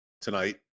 tonight